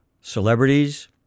Celebrities